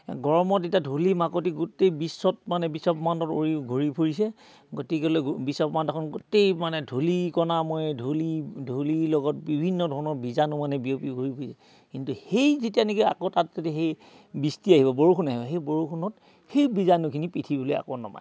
গৰমত এতিয়া ধূলি মাকতি গোটেই বিশ্বত মানে বিশ্বব্ৰক্ষ্মাণ্ডত উৰি ঘূৰি ফুৰিছে গতিকেলৈ বিশ্বব্ৰক্ষ্মাণ্ডখন এখন গোটেই মানে ধূলিকনাময় ধূলি ধূলিৰ লগত বিভিন্ন ধৰণৰ বীজাণু মানে বিয়পি ঘূৰি ফুৰিছে কিন্তু সেই যেতিয়া নেকি আকৌ তাত যদি সেই বৃষ্টি আহিব বৰষুণ আহিব সেই বৰষুণত সেই বীজাণুখিনি পৃথিৱীলৈ আকৌ নমায় আনে